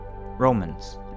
Romans